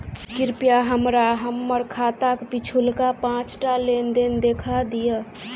कृपया हमरा हम्मर खाताक पिछुलका पाँचटा लेन देन देखा दियऽ